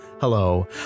Hello